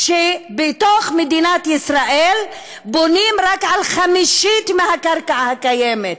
שבתוך מדינת ישראל בונים רק על חמישית מהקרקע הקיימת,